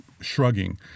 shrugging